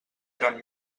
gran